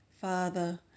Father